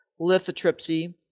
lithotripsy